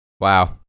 Wow